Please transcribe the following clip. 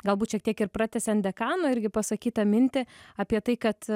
galbūt šiek tiek ir pratęsiant dekano irgi pasakytą mintį apie tai kad